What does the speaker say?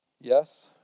Yes